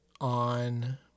on